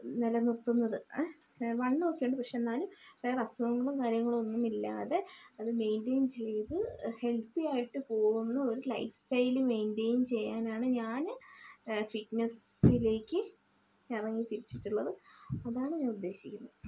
നിലനിർത്തുന്നത് വണ്ണം ഒക്കെയുണ്ട് പക്ഷേ എന്നാലും വേറെ അസുഖങ്ങളും കാര്യങ്ങളും ഒന്നുമില്ലാതെ അത് മൈന്റൈൻ ചെയ്ത് ഹെൽത്തി ആയിട്ട് പോവുന്ന ഒരു ലൈഫ് സ്റ്റൈൽ മൈന്റൈൻ ചെയ്യാനാണ് ഞാൻ ഫിറ്റ്നസ്സിലേക്ക് ഇറങ്ങിത്തിരിച്ചിട്ടുള്ളത് അതാണ് ഞാൻ ഉദ്ദേശിക്കുന്നത്